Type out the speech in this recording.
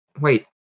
wait